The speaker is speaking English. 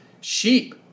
sheep